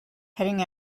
heading